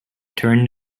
turned